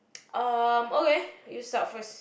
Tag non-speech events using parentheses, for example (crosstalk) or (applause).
(noise) um okay you start first